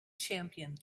champion